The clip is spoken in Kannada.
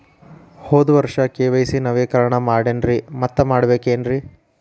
ಹೋದ ವರ್ಷ ಕೆ.ವೈ.ಸಿ ನವೇಕರಣ ಮಾಡೇನ್ರಿ ಮತ್ತ ಮಾಡ್ಬೇಕೇನ್ರಿ?